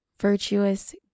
virtuous